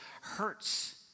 hurts